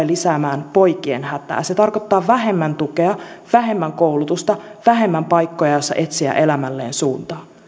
lisäämään poikien hätää se tarkoittaa vähemmän tukea vähemmän koulutusta vähemmän paikkoja joissa etsiä elämälleen suuntaa